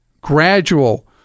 gradual